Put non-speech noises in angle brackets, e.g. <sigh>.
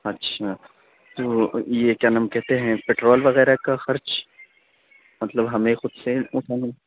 اچھا تو یہ کیا نام کہتے ہیں پیٹرول وغیرہ کا خرچ مطلب ہمیں خود سے <unintelligible>